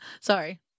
Sorry